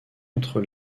entre